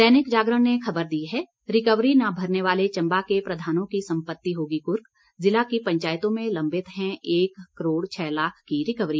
दैनिक जागरण ने खबर दी है रिकवरी न भरने वाले चंबा के प्रधानों की संपति होगी कुर्क जिला की पंचायतों में लंबित है एक करोड़ छह लाख की रिकवरी